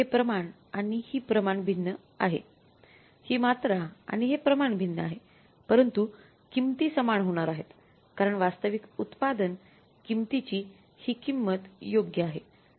हे प्रमाण आणि ही प्रमाण भिन्न आहे ही मात्रा आणि हे प्रमाण भिन्न आहे परंतु किंमती समान होणार आहेत कारण वास्तविक उत्पादन किंमतीची ही किंमत योग्य आहे